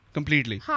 Completely